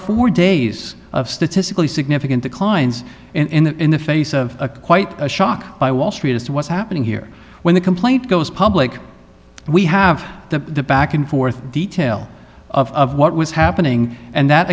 four days of statistically significant declines in the face of quite a shock by wall street as to what's happening here when the complaint goes public we have the back and forth detail of what was happening and that